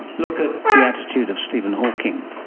look at the attitude of steven hawking,